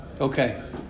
Okay